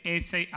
ese